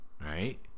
right